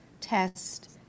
test